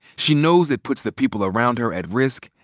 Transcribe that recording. she knows it puts the people around her at risk,